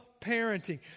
parenting